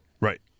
Right